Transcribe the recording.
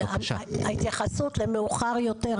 ההתייחסות למאוחר יותר,